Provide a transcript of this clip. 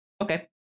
Okay